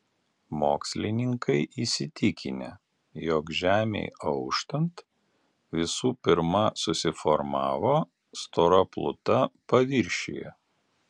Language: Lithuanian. mokslininkai įsitikinę jog žemei auštant visų pirma susiformavo stora pluta paviršiuje